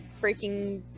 freaking